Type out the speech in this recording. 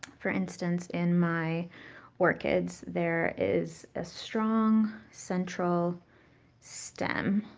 for instance, in my orchids there is a strong central stem.